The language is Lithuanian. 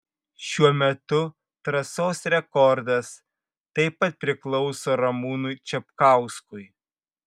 šiuo metu trasos rekordas taip pat priklauso ramūnui čapkauskui